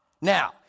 Now